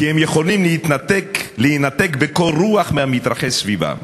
כי הם יכולים להינתק בקור רוח מהמתרחש סביבם.